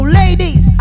ladies